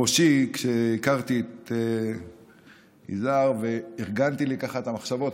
בראשי כשהכרתי את יזהר וארגנתי לי את המחשבות,